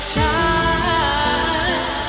time